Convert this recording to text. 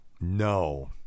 No